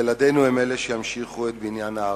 ילדינו הם שימשיכו את בניין הארץ,